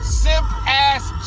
simp-ass